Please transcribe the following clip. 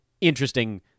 interesting